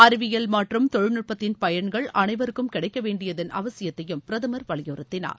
அறிவியல் மற்றும் தொழில்நுட்பத்தின் பயன்கள் அனைவருக்கும் கிடைக்க வேண்டியதன் அவசியத்தையும் பிரதமர் வலியுறுத்தினார்